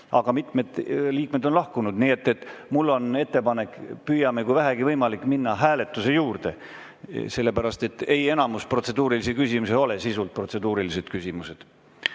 Aga mitmed liikmed on lahkunud, nii et mul on ettepanek: püüame, kui vähegi võimalik, minna hääletuse juurde. Enamus protseduurilisi küsimusi ei ole olnud sisult protseduurilised küsimused. Riho